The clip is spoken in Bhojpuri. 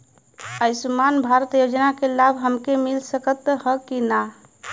आयुष्मान भारत योजना क लाभ हमके मिल सकत ह कि ना?